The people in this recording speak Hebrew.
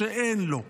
שאין לו,